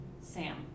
Sam